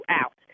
out